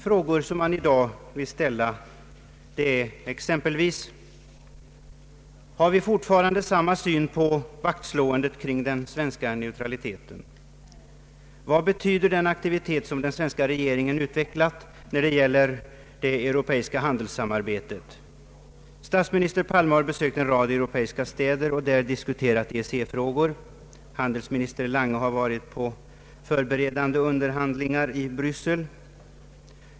Frågor som man i dag vill ställa är exempelvis: Har vi fortfarande samma syn på vaktslåendet kring den svenska neutraliteten? Vad betyder den aktivitet som den svenska regeringen utvecklat när det gäller det europeiska förhandlingssamarbetet? Statsminister Palme har besökt en rad europeiska städer och där diskuterat EEC-frågor. Handelsminister Lange har varit på förberedande underhandlingar i Bryssel.